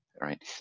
Right